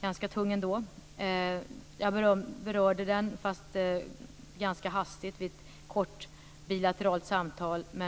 ganska tung ändå. Jag berörde frågan, fast ganska hastigt vid ett kort bilateralt samtal.